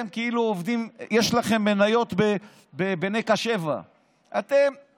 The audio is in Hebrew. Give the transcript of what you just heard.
יש לכם מניות ב"נקה 7". אתם